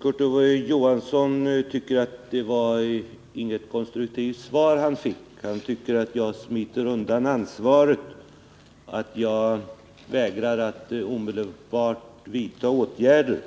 Kurt Ove Johansson tycker att han inte har fått något konstruktivt svar. Han anser att jag smiter undan ansvaret, att jag vägrar att omedelbart vidta åtgärder.